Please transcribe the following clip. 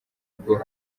rwo